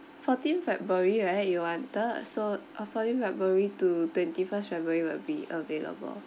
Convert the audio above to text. fourteen february right you wanted so uh fourteen february to twenty first february will be available